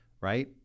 Right